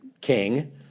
King